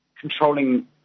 controlling